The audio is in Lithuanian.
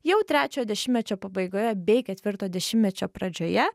jau trečio dešimtmečio pabaigoje bei ketvirto dešimtmečio pradžioje